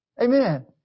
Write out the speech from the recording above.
Amen